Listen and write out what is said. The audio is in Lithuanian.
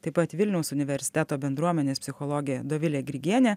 taip pat vilniaus universiteto bendruomenės psichologė dovilė grigienė